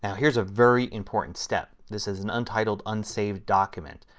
now here is a very important step. this is an untitled, unsaved document.